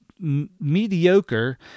mediocre